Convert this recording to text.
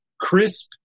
crisp